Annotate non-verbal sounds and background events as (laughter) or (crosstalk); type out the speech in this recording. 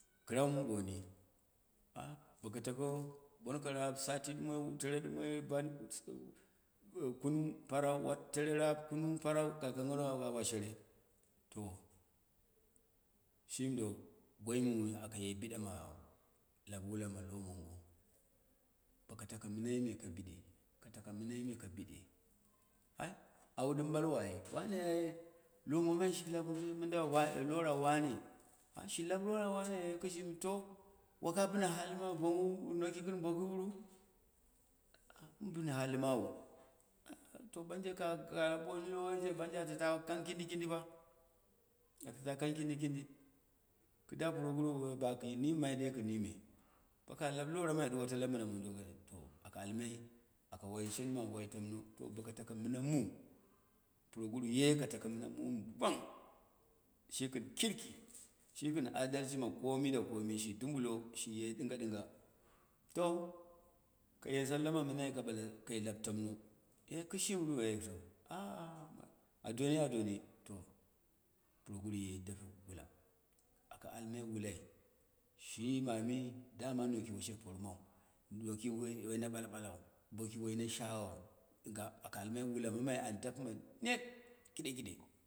Kɨrau mu ɓoni (hesitation) boko tako banko rap, sati ɗumoi tere ɗumoi, tere ɗumwi kumu parau tere ya kai kogol ma baba share, to shimi boi mɨ ɓu akaye biɗama lap wulama lognogo, baka tako mɨnai me ka biɗe, ka tako mɨnai me ka bi ɗe (hesitation) au ɗim ɓalwo ai wane ai lomong shi lap mɨnda wa lora wane shi lap hera wane e skɨshimi to wakai bɨna hahima behug wu noku gɨn boku ɗuru? Mɨ bɨn hali mawu (hesitation) to banje ka ka ɓoni loweije bonje ata ta kang kindi kindi, kɨ da puroguru ba kɨ nimmju dei kɨ nime, bokai lap wramai ɗuwota lamtna mɨdo ai to, aka almai aka wai shen ma wai tamno, to baka taka mɨna mu, puro gnwu ye ka taka mɨna mumu gwang, shiku kurku, shi gɨn adalshi makomida komi shi dubulo, shiye ɗɨnga ɗɨnga, to, kaye sallema mɨnai kaɓale kai lap tam no, e kishɨmaru e to (hesitation) adoni adoni to puroguru ye dapeku wula, aka almai wulai shi mami, doma noki woshe parman. noki woi na ɓala ɓalau, boki woi na shaghau, dingə, aka almai wulai an daptma net, kiɗe kiɗe